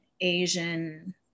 Asian